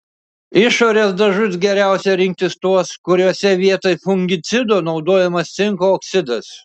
išorės dažus geriausia rinktis tuos kuriuose vietoj fungicido naudojamas cinko oksidas